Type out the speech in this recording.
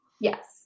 Yes